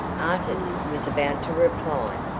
artis was about to reply,